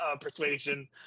persuasion